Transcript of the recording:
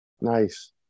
Nice